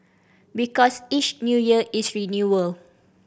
because each New Year is renewal